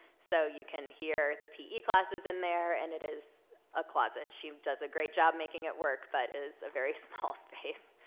so you can hear the pe classes in there, and it is a closet. she does a great job making it work, but is a very small space.